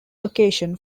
location